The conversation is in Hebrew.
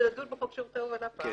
כשנדון בחוק שירותי הובלה פעם.